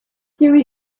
sue